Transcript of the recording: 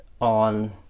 on